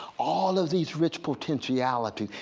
all of these rich potentialities.